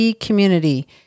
community